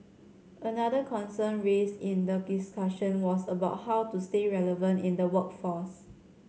another concern raised in the discussion was about how to stay relevant in the workforce